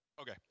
Okay